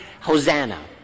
Hosanna